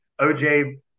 OJ